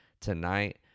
Tonight